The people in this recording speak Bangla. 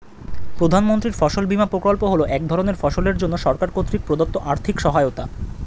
প্রধানমন্ত্রীর ফসল বিমা প্রকল্প হল এক ধরনের ফসলের জন্য সরকার কর্তৃক প্রদত্ত আর্থিক সহায়তা